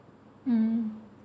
mm